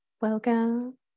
welcome